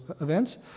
events